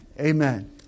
Amen